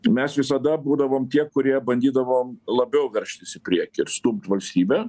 mes visada būdavom tie kurie bandydavom labiau veržtis į priekį ir stumt valstybę